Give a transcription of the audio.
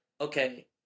okay